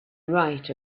right